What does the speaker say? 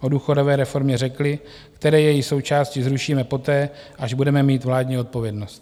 o důchodové reformě řekli, které její součásti zrušíme poté, až budeme mít vládní odpovědnost.